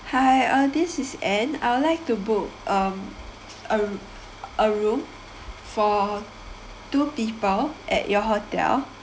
hi uh this is ann I would like to book(um) a a room for two people at your hotel